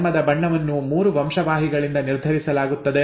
ಚರ್ಮದ ಬಣ್ಣವನ್ನು 3 ವಂಶವಾಹಿಗಳಿಂದ ನಿರ್ಧರಿಸಲಾಗುತ್ತದೆ